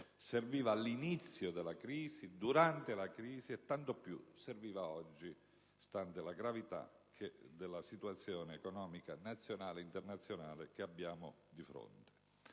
serviva all'inizio della crisi, durante la crisi, e tanto più servirebbe oggi, stante la gravità della situazione economica nazionale ed internazionale che abbiamo di fronte.